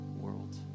world